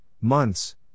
months